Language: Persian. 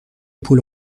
پول